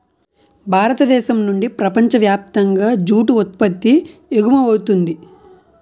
భారతదేశం నుండి ప్రపంచ వ్యాప్తంగా జూటు ఉత్పత్తి ఎగుమవుతుంది